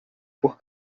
por